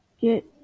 get